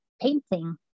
painting